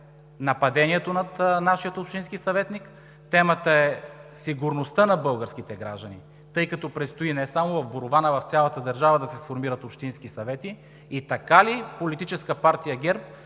нападението над нашия общински съветник, темата е сигурността на българските граждани, тъй като предстои не само в Борован, а в цялата държава да се сформират общински съвети. И така ли Политическа партия ГЕРБ